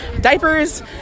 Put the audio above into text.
diapers